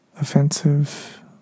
offensive